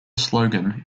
slogan